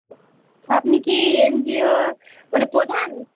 আপনি কি N G O মানে প্রধান